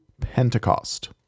Pentecost